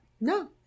No